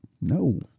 No